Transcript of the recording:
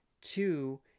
Two